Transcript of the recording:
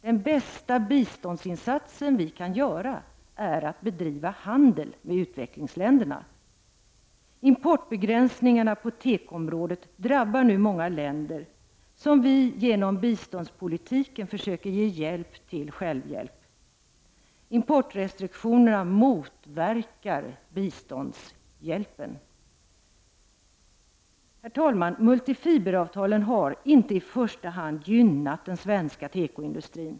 Den bästa biståndsinsatsen som vi kan göra är att bedriva handel med utvecklingsländerna. Importbegränsningarna på tekoområdet drabbar nu många länder som vi genom biståndspolitiken försöker ge hjälp till självhjälp. Importrestriktionerna motverkar biståndshjälpen. Multifiberavtalen har inte i första hand gynnat den svenska tekoindutrin.